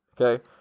okay